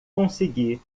consegui